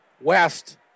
West